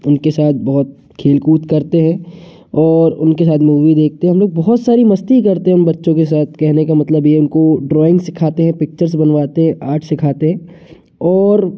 उनके साथ बहुत खेल कूद करते हैं और उनके साथ मूवी देखते हैं हम लोग बहुत सारी मस्ती करते हैं उन बच्चों के साथ कहने का मतलब ये उनको ड्रॉइंग सिखाते हैं पिक्चर्स बनवाते हैं आर्ट सिखाते हैं और